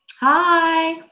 Hi